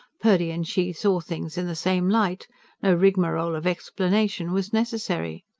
purdy and she saw things in the same light no rigmarole of explanation was necessary.